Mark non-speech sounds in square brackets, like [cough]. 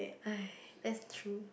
[noise] that's true